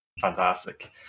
fantastic